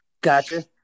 gotcha